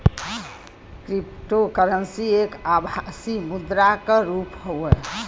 cryptocurrency एक आभासी मुद्रा क रुप हौ